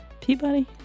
Peabody